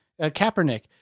Kaepernick